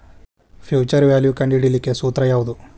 Future value ಕಂಢಿಡಿಲಿಕ್ಕೆ ಸೂತ್ರ ಯಾವ್ದು?